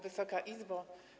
Wysoka Izbo!